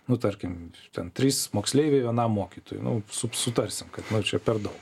nu tarkim ten trys moksleiviai vienam mokytojui nu su sutarsim kad nu čia per daug